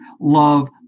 love